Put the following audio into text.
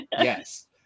yes